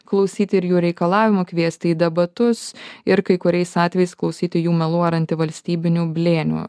klausyti ir jų reikalavimų kviesti į debatus ir kai kuriais atvejais klausyti jų melų ar antivalstybinių blėnių